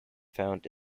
found